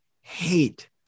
hate